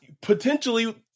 potentially